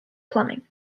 plumbing